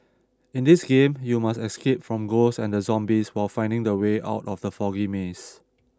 in this game you must escape from ghosts and the zombies while finding the way out from the foggy maze